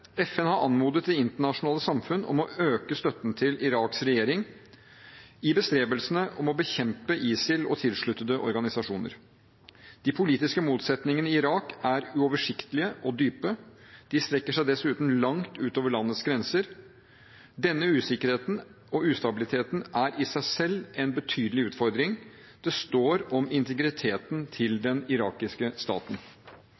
FN har anmodet det internasjonale samfunn om å øke støtten til Iraks regjering i bestrebelsene på å bekjempe ISIL og tilsluttede organisasjoner. De politiske motsetningene i Irak er uoversiktlige og dype – de strekker seg dessuten langt utover landets grenser. Denne usikkerheten og ustabiliteten er i seg selv en betydelig utfordring. Det står om integriteten til